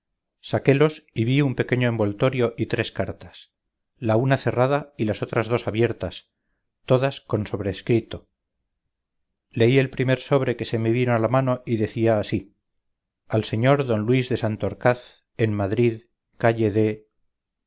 saquelos y vi un pequeño envoltorio y tres cartas la una cerrada y las otras dos abiertas todas con sobrescrito leí el primer sobre que se me vino a la mano y decía así al sr d luis de santorcaz en madrid calle de